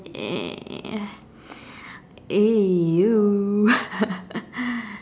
ya !eww!